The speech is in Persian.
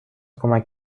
کمک